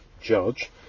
judge